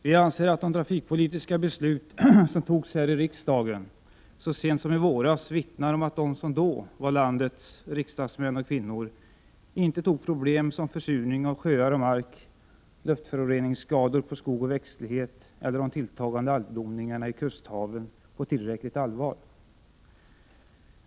Vi anser att de trafikpolitiska beslut som fattades här i riksdagen så sent som i våras vittnar om att de som då var landets riksdagsmän och kvinnor inte tog problem som försurning av sjöar och mark, luftföroreningsskador på skog och växtlighet eller de tilltagande algblomningarna i kusthaven på tillräckligt allvar.